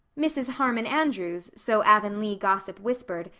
mrs. harmon andrews, so avonlea gossip whispered,